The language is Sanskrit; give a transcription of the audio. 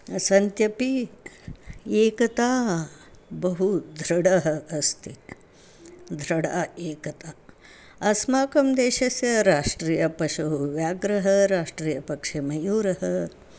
सन्त्यपि एकता बहुदृढः अस्ति दृढा एकता अस्माकं देशस्य राष्ट्रियपशुः व्याघ्रः राष्ट्रियपक्षिः मयूरः